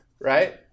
right